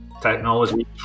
Technology